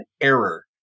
error